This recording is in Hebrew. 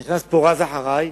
נכנס פורז אחרי,